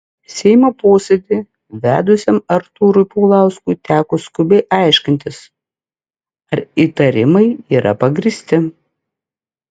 seimo posėdį vedusiam artūrui paulauskui teko skubiai aiškintis ar įtarimai yra pagrįsti